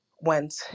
went